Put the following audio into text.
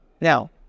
Now